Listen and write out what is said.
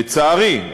לצערי,